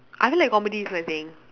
I feel like comedies is my thing